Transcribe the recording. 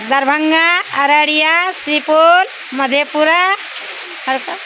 दरभंगा अररिया सुपौल मधेपुरा आओर तऽ